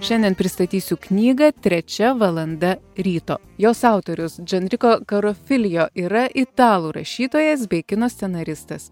šiandien pristatysiu knygą trečia valanda ryto jos autorius dženriko karofilijo yra italų rašytojas bei kino scenaristas